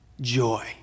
joy